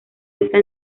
está